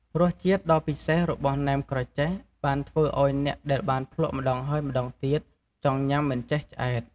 រសជាតិដ៏ពិសេសរបស់ណែមក្រចេះ បានធ្វើឱ្យអ្នកដែលបានភ្លក់ម្ដងហើយម្ដងទៀត ចង់ញ៉ាំមិនចេះឆ្អែត។